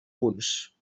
punts